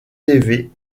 élevé